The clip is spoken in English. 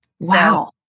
Wow